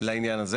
לעניין הזה?